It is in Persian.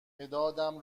مدادم